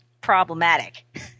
problematic